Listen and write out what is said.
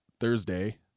Thursday